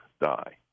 die